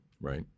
Right